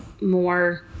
more